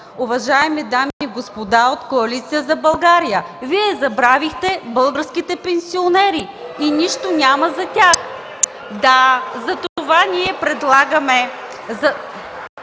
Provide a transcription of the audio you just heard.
уважаеми дами и господа от Коалиция за България. Вие забравихте българските пенсионери и нищо няма за тях. (Шум и реплики